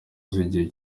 z’igihe